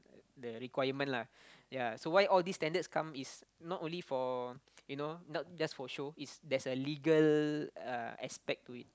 the requirement lah ya so why all this standards come is not only for you know not just for show it's there's a legal uh aspect to it